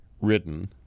written